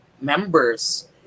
members